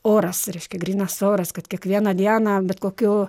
oras reiškia grynas oras kad kiekvieną dieną bet kokiu